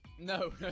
No